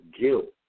guilt